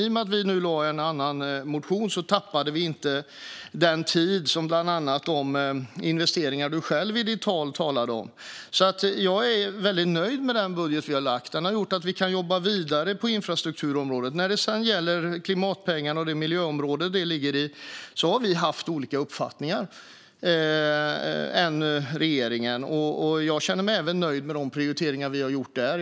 I och med att vi lade fram en annan budgetmotion tappade man inte den tid som behövs för bland annat de investeringar du själv, Anna-Caren Sätherberg, talade om i ditt anförande. Jag är väldigt nöjd med den budget som vi har lagt fram, för den har gjort att vi kan jobba vidare på infrastrukturområdet. När det gäller klimatpengarna och det miljöområde de ligger i har vi haft andra uppfattningar än regeringen. Jag känner mig nöjd även med de prioriteringar vi har gjort där.